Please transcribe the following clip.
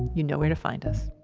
you know where to find us.